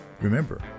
Remember